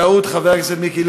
התשע"ו 2015,